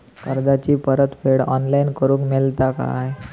कर्जाची परत फेड ऑनलाइन करूक मेलता काय?